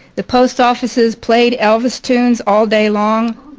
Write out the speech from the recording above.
the post offices played elvis tunes all day long.